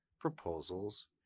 proposals